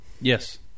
Yes